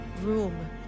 room